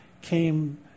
came